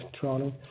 Toronto